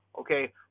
Okay